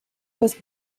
was